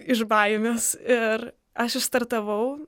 iš baimės ir aš išstartavau